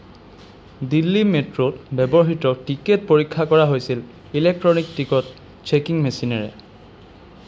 দিল্লী মেট্ৰ'ত ব্যৱহৃত টিকেট পৰীক্ষা কৰা হৈছিল ইলেক্ট্ৰনিক টিকট চেকিং মেচিনেৰে